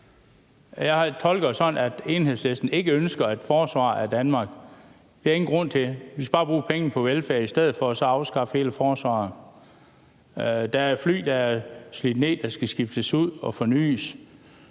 Jeg tolker det sådan, at Enhedslisten ikke ønsker et forsvar af Danmark. Det er der ingen grund til. Vi skal bare bruge pengene på velfærd i stedet for og så afskaffe hele forsvaret. Der er fly, der er slidt ned, der skal skiftes ud og fornys,